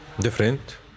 different